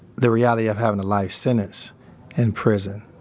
the reality of having a life sentence in prison.